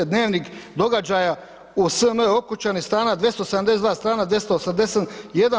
Dnevnik događaja u SM Okučani, strana 272., strana 281.